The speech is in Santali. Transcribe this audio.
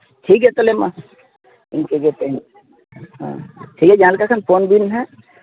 ᱴᱷᱤᱠᱜᱮᱭᱟ ᱛᱟᱦᱚᱞᱮ ᱢᱟ ᱤᱱᱠᱟᱹᱜᱮ ᱛᱚᱵᱮ ᱦᱮᱸ ᱴᱷᱤᱠᱜᱮᱭᱟ ᱡᱟᱦᱟᱸᱞᱮᱠᱟ ᱠᱷᱟᱱ ᱯᱷᱳᱱᱵᱤᱱ ᱦᱟᱸᱜ